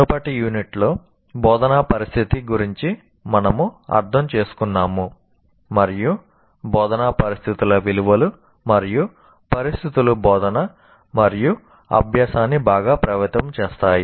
మునుపటి యూనిట్లో బోధనా పరిస్థితి గురించి మనము అర్థం చేసుకున్నాము మరియు బోధనా పరిస్థితుల విలువలు మరియు పరిస్థితులు బోధన మరియు అభ్యాసాన్ని బాగా ప్రభావితం చేస్తాయి